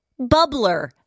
bubbler